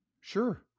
sure